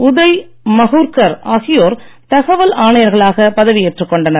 உதய் மகுர்கர் ஆகியோர் தகவல் ஆணையர்களாக பதவி ஏற்றுக் கொண்டனர்